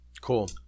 Cool